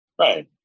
Right